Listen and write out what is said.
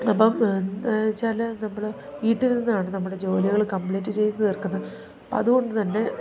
അപ്പം എന്താ വെച്ചാല് നമ്മള് വീട്ടിൽ നിന്നാണ് നമ്മുടെ ജോലികൾ കമ്പ്ലീറ്റ് ചെയ്തു തീർക്കുന്നത് അപ്പം അതുകൊണ്ടുതന്നെ